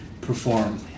perform